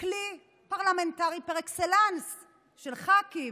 כלי פרלמנטרי פר אקסלנס של ח"כים,